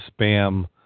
spam